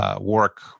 work